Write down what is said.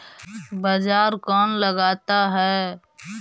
बाजार कौन लगाता है?